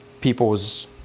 people's